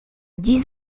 dix